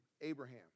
Abraham